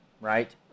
right